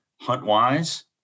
Hunt-wise